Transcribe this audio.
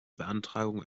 beantragung